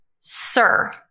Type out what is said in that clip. Sir